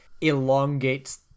elongates